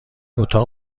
اتاق